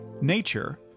Nature